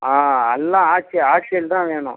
ஆ எல்லாம் ஆச்சி ஆச்சியில் தான் வேணும்